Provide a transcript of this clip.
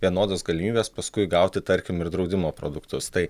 vienodos galimybės paskui gauti tarkim ir draudimo produktus tai